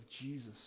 Jesus